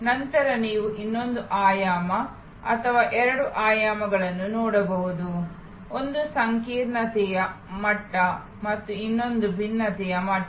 ನಂತರ ನೀವು ಇನ್ನೊಂದು ಆಯಾಮ ಅಥವಾ ಎರಡು ಆಯಾಮಗಳನ್ನು ನೋಡಬಹುದು ಒಂದು ಸಂಕೀರ್ಣತೆಯ ಮಟ್ಟ ಮತ್ತು ಇನ್ನೊಂದು ಭಿನ್ನತೆಯ ಮಟ್ಟ